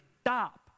stop